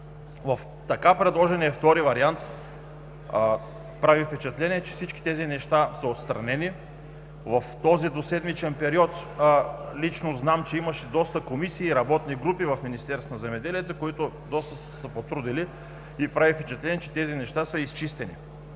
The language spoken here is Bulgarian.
В така предложения втори вариант прави впечатление, че всички тези неща са отстранени. В този двуседмичен период лично знам, че имаше доста комисии, работни групи в Министерството на земеделието, които доста са се потрудили и прави впечатление, че тези неща са изчистени.